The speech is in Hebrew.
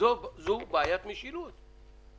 זאת בעיית משילות.